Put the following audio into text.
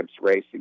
Racing